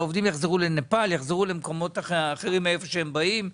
הם יחזרו לנפאל ולמקומות האחרים מהם הם באים.